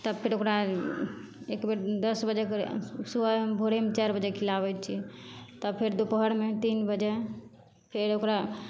तऽ फेर ओकरा एक बेर दश बजे सुबहमे भोरेमे चारि बजे खिलाबै छियै तऽ फेर दुपहरमे तीन बजे फेर ओकरा